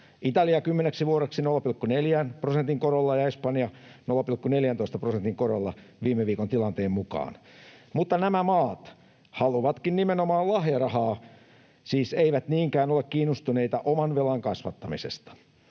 Italia 10 vuodeksi 0,4 prosentin korolla ja Espanja 0,14 prosentin korolla viime viikon tilanteen mukaan, mutta nämä maat haluavatkin nimenomaan lahjarahaa, siis eivät niinkään ole kiinnostuneita oman velan kasvattamisesta.